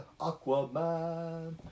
Aquaman